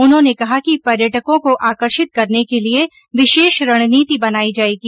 उन्होंने कहा कि पर्यटकों को आकर्षित करने के लिए विशेष रणनीति बनायी जाएगी